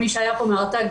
מי שהיה פה מהרט"ג,